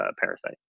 Parasite